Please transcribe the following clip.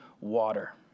water